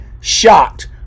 shot